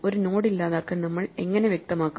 ഒരു നോഡ് ഇല്ലാതാക്കാൻ നമ്മൾ എങ്ങനെ വ്യക്തമാക്കും